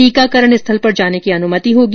टीकाकरण स्थल पर जाने की अनुमति होगी